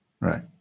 Right